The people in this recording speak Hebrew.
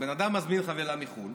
הבן אדם מזמין חבילה מחו"ל